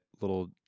little